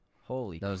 Holy